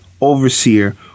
overseer